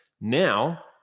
Now